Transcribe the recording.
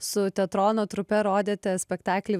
su teatrono trupe rodėte spektaklį